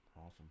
Awesome